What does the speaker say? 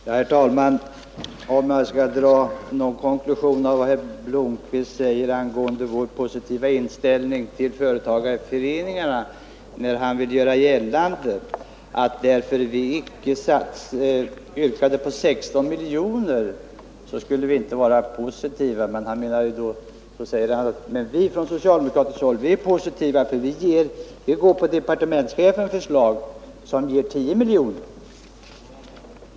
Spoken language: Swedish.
Herr talman! Jag vet inte vilken konklusion jag skall dra av vad herr Blomkvist säger angående vår positiva inställning till företagarföreningarna. Han vill göra gällande att eftersom vi icke yrkade på 16 miljoner skulle vi inte vara positiva. Sedan säger han: Vi från socialdemokratiskt håll är positiva, för vi går på departementschefens förslag som ger 10 miljoner.